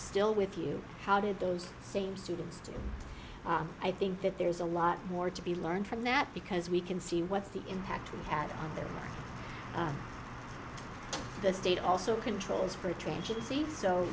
still with you how did those same students do i think that there's a lot more to be learned from that because we can see what's the impact we have on there the state also controls for changing seats so